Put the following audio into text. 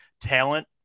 talent